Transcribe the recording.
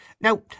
now